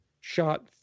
shot